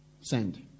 send